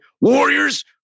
Warriors